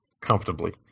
Comfortably